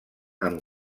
amb